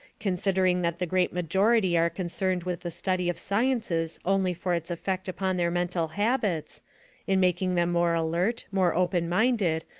considering that the great majority are concerned with the study of sciences only for its effect upon their mental habits in making them more alert, more open-minded,